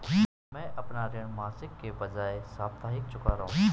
मैं अपना ऋण मासिक के बजाय साप्ताहिक चुका रहा हूँ